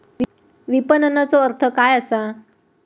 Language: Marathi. विपणनचो अर्थ काय असा?